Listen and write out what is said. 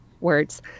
words